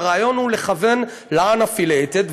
והרעיון הוא לכוון ל-unaffiliated.